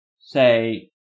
say